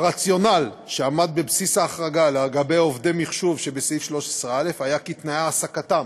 הרציונל שעמד בבסיס ההחרגה של עובדי מחשוב בסעיף 13א היה שתנאי העסקתם,